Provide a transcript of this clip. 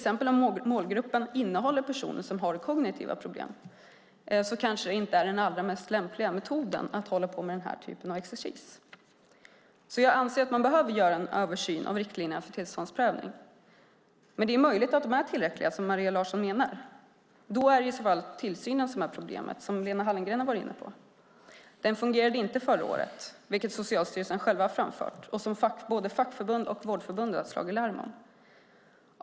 Om målgruppen innehåller personer som har kognitiva problem är denna typ av exercis kanske inte den allra mest lämpliga metoden. Jag anser att man behöver göra en översyn av riktlinjerna för tillståndsprövning. Det är dock möjligt att de är tillräckliga, som Maria Larsson menar. Då är i så fall tillsynen problemet, som Lena Hallengren var inne på. Den fungerade inte förra året, vilket Socialstyrelsen själv har framfört och som både Vårdförbundet och andra fackförbund slagit larm om.